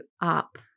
up